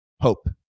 hope